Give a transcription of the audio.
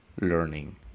learning